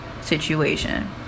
situation